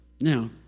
Now